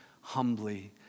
humbly